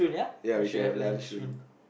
ya we should have lunch too